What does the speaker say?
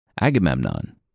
Agamemnon